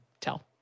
tell